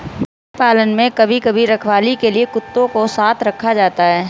भेड़ पालन में कभी कभी रखवाली के लिए कुत्तों को साथ रखा जाता है